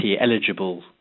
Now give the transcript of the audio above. eligible